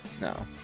no